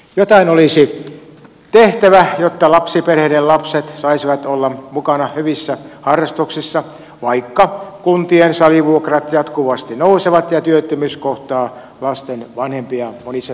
jotain olisi tehtävä jotta lapsiperheiden lapset saisivat olla mukana hyvissä harrastuksissa vaikka kuntien salivuokrat jatkuvasti nousevat ja työttömyys kohtaa lasten vanhempia monissa tapauksissa